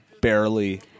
barely